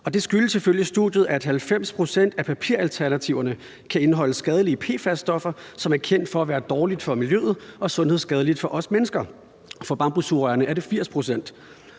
studiet, at 90 pct. af papiralternativerne kan indholde skadelige PFAS-stoffer, som er kendt for at være dårlige for miljøet og sundhedsskadelige for os mennesker; for bambussugerørene er det 80 pct.